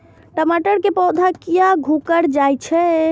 टमाटर के पौधा किया घुकर जायछे?